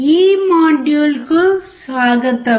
ఈ మాడ్యూల్కు స్వాగతం